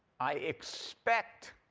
i expect